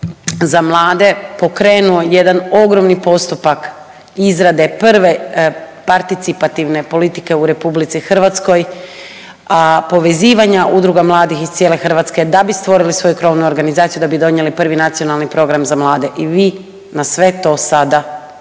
za mlade pokrenuo jedan ogromni postupak izrade prve participativne politike u RH povezivanja udruga mladih iz cijele Hrvatske da bi stvorili svoju krovnu organizaciju, da bi donijeli prvi nacionalni program za mlade i vi na sve to sada